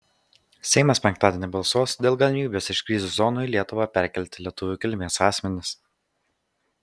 seimas penktadienį balsuos dėl galimybės iš krizių zonų į lietuvą perkelti lietuvių kilmės asmenis